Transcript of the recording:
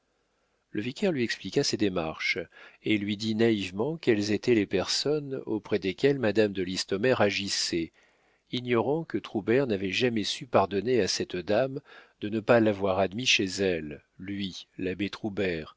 le vicaire lui expliqua ses démarches et lui dit naïvement quelles étaient les personnes auprès desquelles madame de listomère agissait ignorant que troubert n'avait jamais su pardonner à cette dame de ne pas l'avoir admis chez elle lui